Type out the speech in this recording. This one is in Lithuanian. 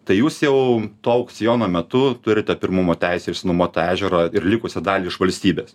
tai jūs jau to aukciono metu turite pirmumo teisę išsinuomot tą ežerą ir likusią dalį iš valstybės